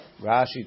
Rashi